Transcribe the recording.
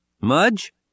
Mudge